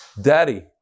Daddy